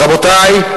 רבותי,